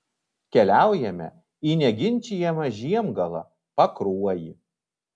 keliaujame į neginčijamą žiemgalą pakruojį